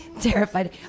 Terrified